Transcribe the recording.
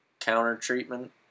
counter-treatment